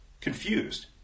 confused